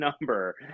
number